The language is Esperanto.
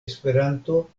esperanto